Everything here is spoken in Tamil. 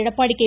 எடப்பாடி கே